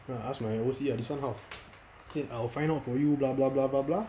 ah I ask my O_C ah this [one] how can I will find out for you blah blah blah blah